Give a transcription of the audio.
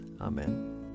Amen